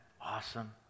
awesome